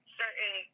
certain